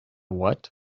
what